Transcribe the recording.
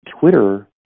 Twitter